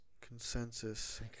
Consensus